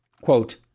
Quote